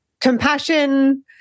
compassion